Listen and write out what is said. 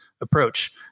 approach